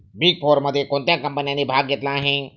Big फोरमध्ये कोणत्या कंपन्यांनी भाग घेतला आहे?